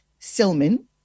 Silman